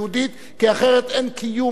כי אחרת אין קיום לעם היהודי.